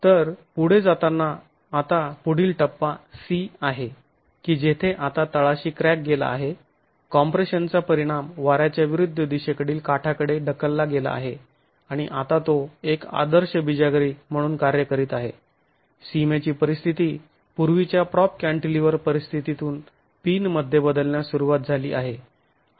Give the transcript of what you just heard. तर पुढे जाताना आता पुढील टप्पा 'c' आहे की जेथे आता तळाशी क्रॅक गेला आहे कॉम्प्रेशनचा परिणाम वाऱ्याच्या विरुद्ध दिशेकडील काठाकडे ढकलला गेला आहे आणि आता तो एक आदर्श बिजागरी म्हणून कार्य करीत आहे सिमेची परिस्थिती पूर्वीच्या प्राॅप कँटीलिवर परिस्थितीतून पिन मध्ये बदलण्यास सुरुवात झाली आहे